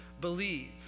believe